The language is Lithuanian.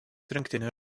rinktinės